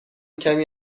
کمی